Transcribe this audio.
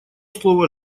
слово